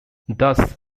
thus